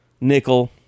nickel